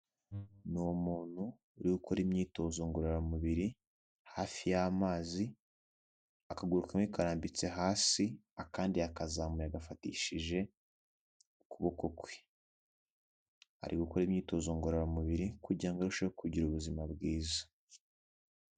Ni umuntu uri ukora imyitozo ngororamubiri hafi y'amazi akaguru kamwe karambitse hasi akandi yakazamuye yagafatishije ukuboko kwe. Ari gukora imyitozo ngororamubiri kugira ngo arusheho kugira ubuzima bwiza.